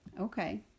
Okay